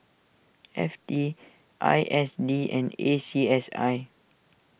F T I S D and A C S I